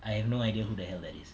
I have no idea who the hell that is